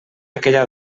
aquella